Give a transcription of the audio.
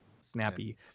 snappy